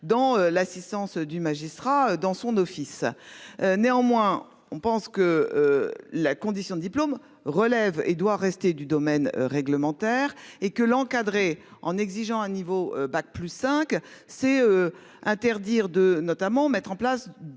dans l'assistance du magistrat dans son office. Néanmoins, on pense que. La condition diplôme relève et doit rester du domaine réglementaire et que l'encadré en exigeant un niveau bac plus 5 c'est. Interdire de notamment mettre en place.